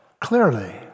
Clearly